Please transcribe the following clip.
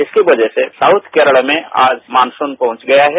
इसकी वजह से साउथ केरला में आज मानसून पहुंच गया है